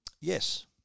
Yes